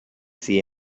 see